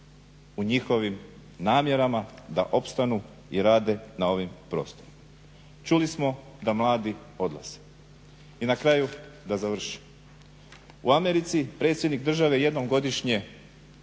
u njihovim namjerama da opstanu i rade na ovim prostorima. Čuli smo da mladi odlaze. I na kraju da završim, u Americi predsjednik jednom godišnje